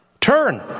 turn